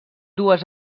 dues